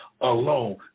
alone